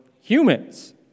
humans